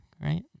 right